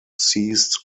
seized